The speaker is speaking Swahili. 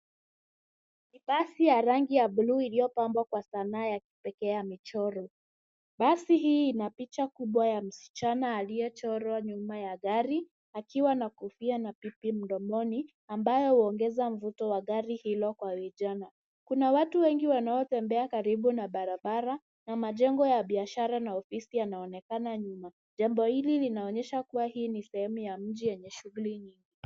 Ni basiasi ya rangi ya buluu iliyopambwa kwa sanaa ya kipekee amechorwa. Basi hii ina picha kubwa ya msichana aliyechorwa nyuma ya gari akiwa na kofia na pipi mdomoni ambayo huongeza mvuto wa gari hilo kwa vijana. Kuna watu wengi wanaotembea karibu na barabara na majengo ya biashara na ofisi yanaonekana nyuma. Jambo hili linaonyesha kuwa hii ni sehemu ya mji yenye shughuli nyingi.